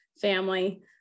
family